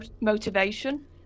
motivation